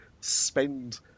spend